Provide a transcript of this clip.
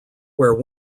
where